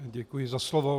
Děkuji za slovo.